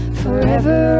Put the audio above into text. forever